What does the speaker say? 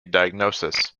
diagnosis